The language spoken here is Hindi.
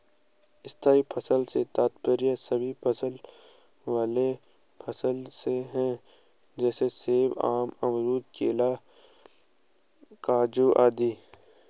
स्थायी फसल से तात्पर्य सभी फल वाले फसल से है जैसे सेब, आम, अमरूद, केला, काजू आदि